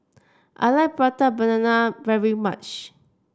I like Prata Banana very much